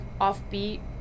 offbeat